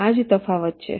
આ જ તફાવત છે